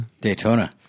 Daytona